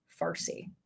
Farsi